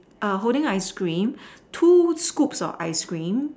err holding ice cream two scoops of ice cream